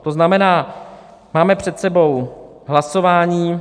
To znamená, máme před sebou hlasování.